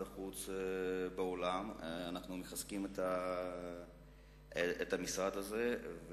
החוץ בעולם: אנחנו מחזקים את המשרד הזה.